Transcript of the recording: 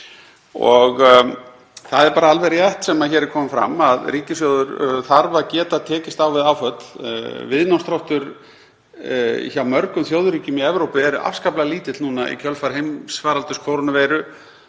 Það er alveg rétt sem hér hefur komið fram að ríkissjóður þarf að geta tekist á við áföll. Viðnámsþróttur hjá mörgum þjóðríkjum í Evrópu er afskaplega lítill núna í kjölfar heimsfaraldurs kórónuveiru,